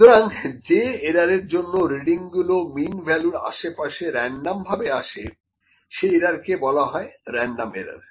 সুতরাং যে এরার এর জন্য রিডিং গুলো মিন ভালু র আশেপাশে রান্ডম ভাবে আসে সেই এরারকে বলা হয় রেনডম এরার